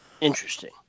Interesting